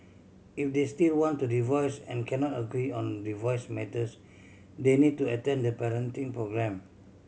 if they still want to divorce and cannot agree on divorce matters they need to attend the parenting programme